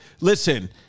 listen